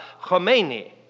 Khomeini